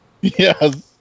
Yes